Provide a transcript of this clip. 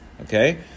Okay